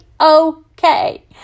okay